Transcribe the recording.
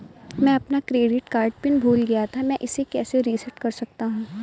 मैं अपना credit card PIN भूल गया था मैं इसे कैसे रीसेट कर सकता हूँ?